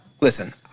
Listen